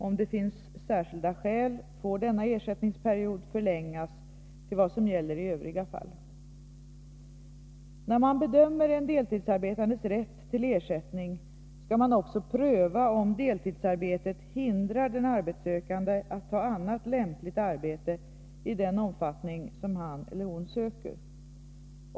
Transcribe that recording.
Om det finns särskilda skäl får denna ersättningsperiod förlängas till vad som gäller i övriga fall. När man bedömer en deltidsarbetandes rätt till ersättning, skall man också pröva om deltidsarbetet hindrar den arbetssökande att ta annat lämpligt arbete i den omfattning som han eller hon söker.